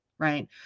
Right